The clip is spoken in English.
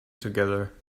together